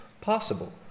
possible